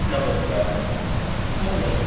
નમસ્કાર મને